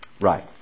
Right